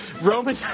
Roman